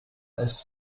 als